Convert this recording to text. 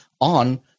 on